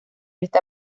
está